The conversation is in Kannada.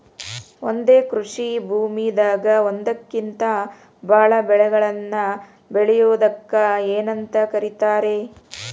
ಒಂದೇ ಕೃಷಿ ಭೂಮಿದಾಗ ಒಂದಕ್ಕಿಂತ ಭಾಳ ಬೆಳೆಗಳನ್ನ ಬೆಳೆಯುವುದಕ್ಕ ಏನಂತ ಕರಿತಾರೇ?